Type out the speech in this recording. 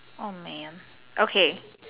oh man okay